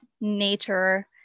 nature